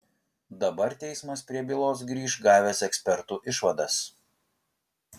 dabar teismas prie bylos grįš gavęs ekspertų išvadas